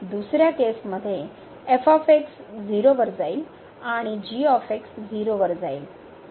दुसर्या केसमध्ये 0 वर जाईल आणि